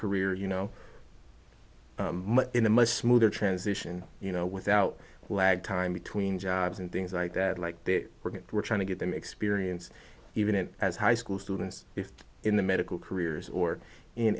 career you know in a much smoother transition you know without a lag time between jobs and things like that like they were trying to get them experience even as high school students if in the medical careers or in